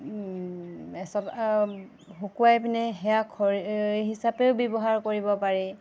শুকুৱাই পিনে সেয়া খৰি হিচাপেও ব্যৱহাৰ কৰিব পাৰি